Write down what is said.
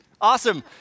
Awesome